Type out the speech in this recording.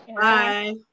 Bye